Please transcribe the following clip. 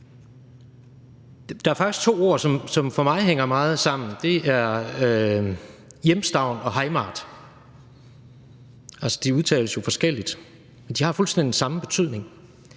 Der er faktisk to ord, der for mig hænger meget sammen, og det er hjemstavn og heimat. De udtales jo forskelligt, men de har fuldstændig den samme betydning.